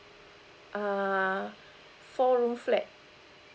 uh four room flat